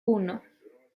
uno